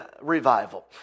revival